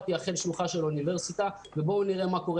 היא אכן שלוחה של האוניברסיטה ובואו נראה מה קורה